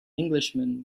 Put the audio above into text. englishman